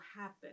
happen